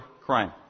crime